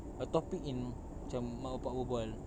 a topic in macam mak bapa berbual